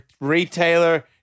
retailer